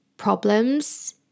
problems